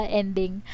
ending